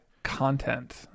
Content